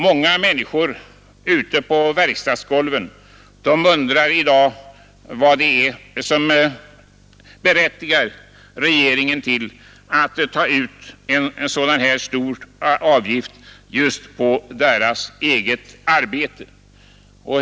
Många människor ute på verkstadsgolven undrar i dag vad det är som berättigar regeringen till att ta ut en sådan här stor avgift just på deras eget arbete.